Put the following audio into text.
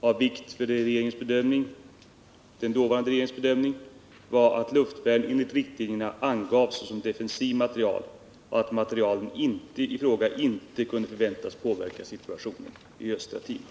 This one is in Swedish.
Av vikt vid den dåvarande regeringens bedömning var att luftvärn enligt riktlinjerna angavs som defensiv materiel och att materielen i fråga inte kunde förväntas påverka situationen i Östra Timor.